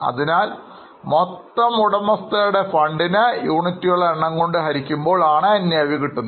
അതിനാൽ മൊത്തം ഉടമസ്ഥരുടെ ഫണ്ടിനെ യൂണിറ്റുകളുടെ എണ്ണം കൊണ്ട് ഹരിക്കുമ്പോൾ ആണ് NAV കിട്ടുന്നത്